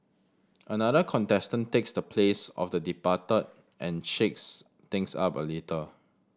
another contestant takes the place of the departed and shakes things up a little